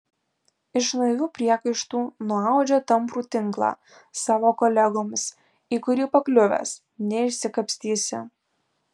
iš naivių priekaištų nuaudžia tamprų tinklą savo kolegoms į kurį pakliuvęs neišsikapstysi